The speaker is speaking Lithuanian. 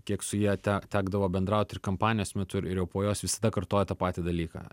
kiek su ja te tekdavo bendraut ir kampanijos metu ir ir jau po jos visada kartoja tą patį dalyką